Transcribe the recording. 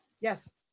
yes